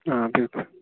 آ بِلکُل